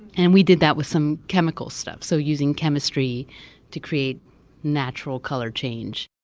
and we did that with some chemical stuff, so using chemistry to create natural color change.